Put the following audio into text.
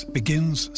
begins